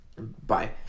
bye